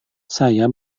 saya